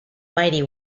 mighty